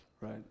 Right